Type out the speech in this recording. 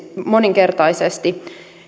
moninkertaisesti